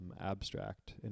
abstract